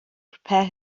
prepare